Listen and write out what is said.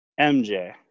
MJ